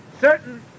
Certain